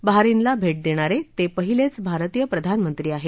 बहारिनला भेट देणारे ते पहिलेच भारतीय प्रधानमंत्री आहेत